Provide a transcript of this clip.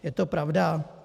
Je to pravda?